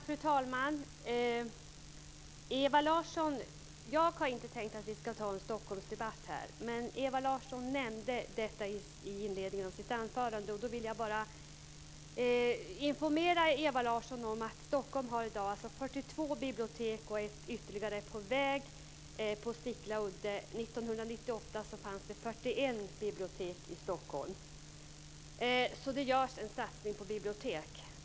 Fru talman! Jag har inte tänkt att vi ska ha en Stockholmsdebatt nu, Ewa Larsson. Men Ewa Larsson nämnde detta i inledningen av sitt anförande. Därför vill jag informera henne om att Stockholm i dag har 42 bibliotek och ytterligare ett kommer att öppnas på Sickla udde. 1998 fanns det 41 bibliotek i Stockholm. Det görs alltså en satsning på bibliotek.